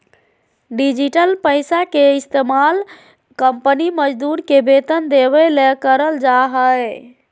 digital पैसा के इस्तमाल कंपनी मजदूर के वेतन देबे ले करल जा हइ